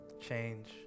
Change